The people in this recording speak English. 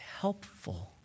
helpful